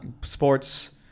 sports